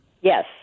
Yes